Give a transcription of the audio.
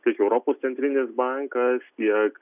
kaip europos centrinis bankas tiek